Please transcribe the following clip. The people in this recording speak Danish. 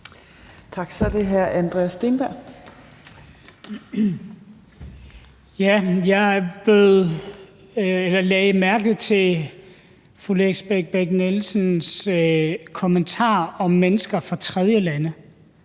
Jeg lagde mærke til fru Lisbeth Bech-Nielsens kommentar om mennesker fra tredjelande.